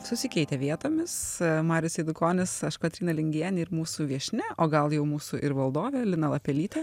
susikeitę vietomis marius eidukonis aš kotryna lingienė ir mūsų viešnia o gal jau mūsų ir valdovė lina lapelytė